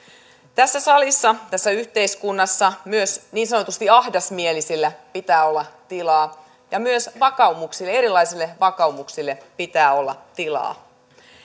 tässä salissa tässä yhteiskunnassa myös niin sanotusti ahdasmielisillä pitää olla tilaa ja myös erilaisille vakaumuksille pitää olla tilaa